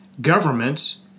governments